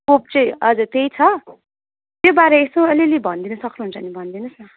scope चाहिँ हजुर त्यही छ त्योबारे यसो अलि अलि यसो भनिदिनु सक्नुहुन्छ भने भनिदिनुहोस् न